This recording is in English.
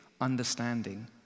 understanding